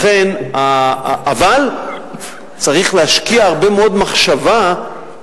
אבל צריך להשקיע הרבה מאוד מחשבה,